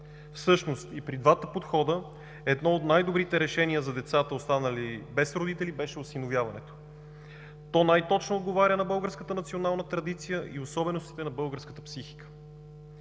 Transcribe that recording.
Всъщност и при двата подхода едно от най-добрите решения за децата останали без родители, беше осиновяването. То най-точно отговаря на българската национална традиция и особеностите на българската психика.